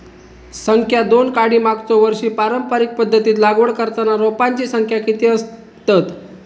संख्या दोन काडी मागचो वर्षी पारंपरिक पध्दतीत लागवड करताना रोपांची संख्या किती आसतत?